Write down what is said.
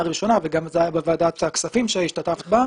הראשונה וגם זה היה בוועדת הכספים בה השתתפת,